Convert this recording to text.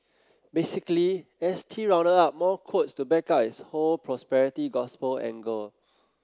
basically S T rounded up more quotes to back up its whole prosperity gospel angle